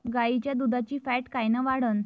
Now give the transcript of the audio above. गाईच्या दुधाची फॅट कायन वाढन?